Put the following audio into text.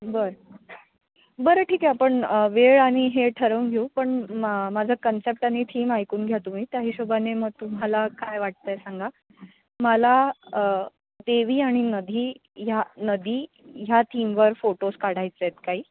बर बरं ठीक आहे आपण वेळ आणि हे ठरवून घेऊ पण मा माझा कन्सेप्ट आणि थीम ऐकून घ्या तुम्ही त्या हिशोबाने मग तुम्हाला काय वाटतं आहे सांगा मला देवी आणि नदी ह्या नदी ह्या थीमवर फोटोज् काढायचे आहेत काही